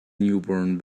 newborn